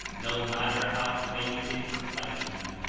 no matter how faint its reflection.